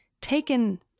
taken